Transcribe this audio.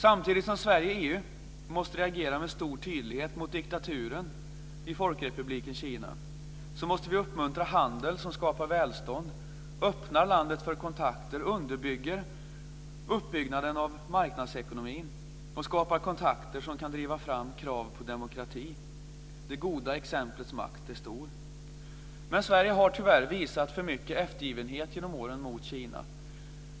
Samtidigt som Sverige i EU måste reagera med stor tydlighet mot diktaturen i Folkrepubliken Kina måste vi uppmuntra handel som skapar välstånd, öppnar landet för kontakter, underbygger uppbyggnaden av marknadsekonomin och skapar kontakter som kan driva fram krav på demokrati. Det goda exemplets makt är stor. Sverige har tyvärr visat för mycket eftergivenhet genom åren mot Kina.